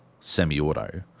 semi-auto